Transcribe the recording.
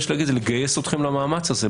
לא מתבייש לומר לגייס אתכם למאמץ הזה.